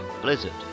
Blizzard